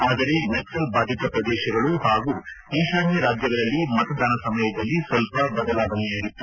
ಆದರೆ ನಕ್ಲಲ್ ಬಾಧಿತ ಪ್ರದೇಶಗಳು ಹಾಗೂ ಈಶಾನ್ಯ ರಾಜ್ಯಗಳಲ್ಲಿ ಮತದಾನ ಸಮಯದಲ್ಲಿ ಸ್ವಲ್ಪ ಬದಲಾವಣೆಯಾಗಿತ್ತು